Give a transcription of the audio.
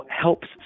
helps